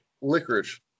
licorice